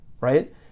right